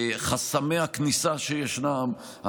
חסמי הכניסה שישנם,